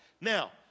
Now